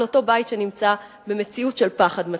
אותו בית שנמצא במציאות של פחד מתמיד.